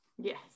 Yes